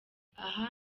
aya